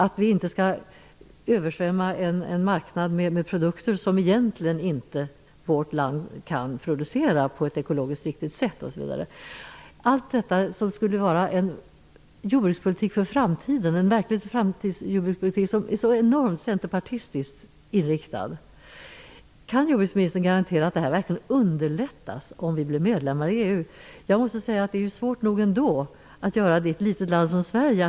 Vi skall inte översvämma en marknad med produkter som vårt land egentligen inte kan producera på ett ekologiskt riktigt sätt. Allt detta beskriver en jordbrukspolitik i framtiden som Centerpartiet så varmt förespråkar. Kan jordbruksministern garantera att den politiken verkligen underlättas om vi blir medlemmar i EU? Det är svårt nog att få till stånd överenskommelser i ett litet land som Sverige.